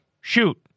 shoot